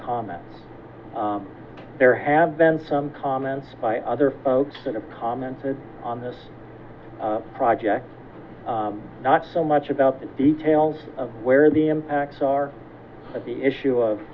comments there have been some comments by other folks that have commented on this project not so much about the details of where the impacts are of the issue of